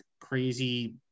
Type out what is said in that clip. crazy